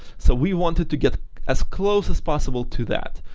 so we wanted to get as close as possible to that,